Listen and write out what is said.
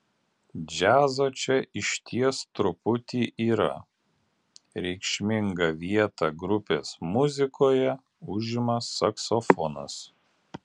džiazo čia išties truputį yra reikšmingą vietą grupės muzikoje užima saksofonas